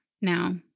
Now